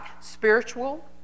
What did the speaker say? spiritual